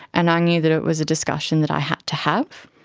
and i knew that it was a discussion that i had to have.